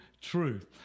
truth